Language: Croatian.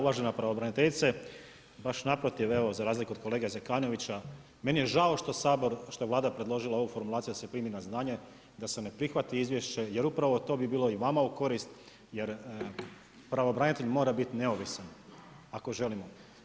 Uvažena pravobraniteljice, baš naprotiv evo, od kolege Zekanovića meni je žao što je Vlada predložila ovu formulaciju da se primi na znanje da se ne prihvati izvješće jer upravo to bi bilo i vama u korist jer pravobranitelj mora biti neovisan ako želimo.